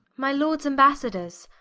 my lords ambassadors,